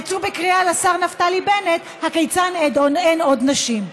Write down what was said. יצאנו בקריאה לשר נפתלי בנט: הכיצד אין עוד נשים?